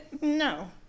No